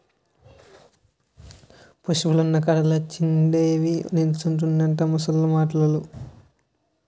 పశువులున్న కాడ లచ్చిందేవి నిలుసుంటుందని ముసలోళ్లు మాటలు